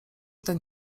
ten